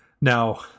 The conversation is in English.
now